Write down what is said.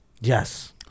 Yes